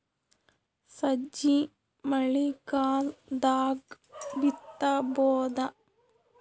ಸಜ್ಜಿ ಮಳಿಗಾಲ್ ದಾಗ್ ಬಿತಬೋದ?